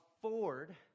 afford